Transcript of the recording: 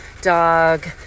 dog